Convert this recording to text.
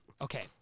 Okay